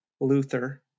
Luther